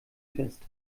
fest